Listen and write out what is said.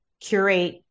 curate